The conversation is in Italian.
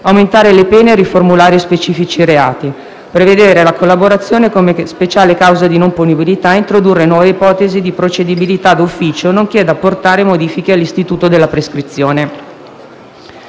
aumentare le pene e riformulare specifici reati, prevedere la collaborazione come speciale causa di non punibilità e introdurre nuove ipotesi di procedibilità d'ufficio, nonché ad apportare modifiche all'istituto della prescrizione.